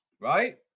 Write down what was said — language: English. right